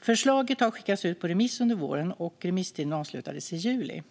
Förslaget har skickats ut på remiss under våren, och remisstiden avslutades i juli.